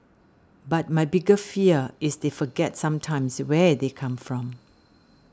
but my bigger fear is they forgets sometimes where they come from